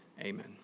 amen